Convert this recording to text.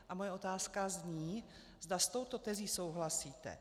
A moje otázka zní, zda s touto tezí souhlasíte.